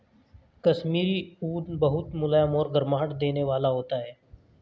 कश्मीरी ऊन बहुत मुलायम और गर्माहट देने वाला होता है